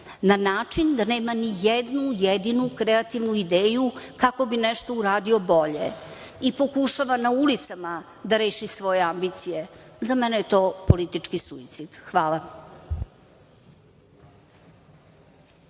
na način da nema nijednu jedinu kreativnu ideju kako bi nešto uradio bolje i pokušava na ulicama da reši svoje ambicije, za mene je to politički suicid. Hvala.